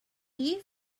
you